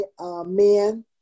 men